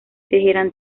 teherán